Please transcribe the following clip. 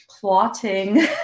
plotting